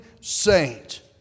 saint